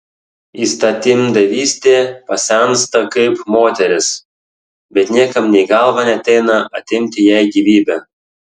įstatymdavystė pasensta kaip moteris bet niekam nė į galvą neateina atimti jai gyvybę